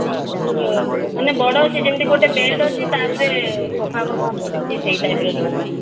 ଆମର ତ ମାନେ ବଡ଼ ଅଛି ଯେମିତି ଗୋଟେ ବେଡ୍ ଅଛି ତାପରେ ସୋଫା ଫୋଫା ପଡ଼ିଛି ସେଇ ଟାଇପ୍ର ରୁମ୍ ଅଛି